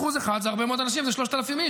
חבר הכנסת בליאק, די.